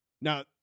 now